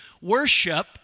Worship